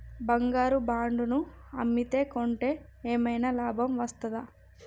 బంగారు బాండు ను అమ్మితే కొంటే ఏమైనా లాభం వస్తదా?